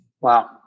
Wow